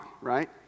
right